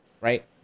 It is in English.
right